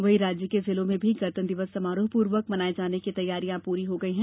वहीं राज्य के जिलों में भी गणतंत्र दिवस समारोह पूर्वक मनाये जाने की तैयारियां पूरी हो गई हैं